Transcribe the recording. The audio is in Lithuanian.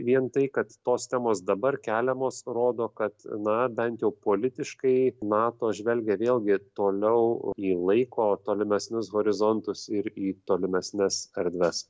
vien tai kad tos temos dabar keliamos rodo kad na bent jau politiškai nato žvelgia vėlgi toliau į laiko tolimesnius horizontus ir į tolimesnes erdves